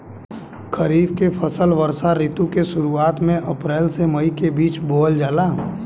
खरीफ के फसल वर्षा ऋतु के शुरुआत में अप्रैल से मई के बीच बोअल जाला